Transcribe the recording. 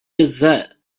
gazette